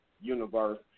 universe